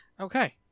Okay